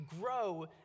grow